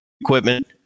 equipment